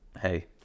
hey